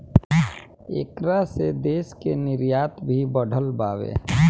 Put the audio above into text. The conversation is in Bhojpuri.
ऐकरा से देश के निर्यात भी बढ़ल बावे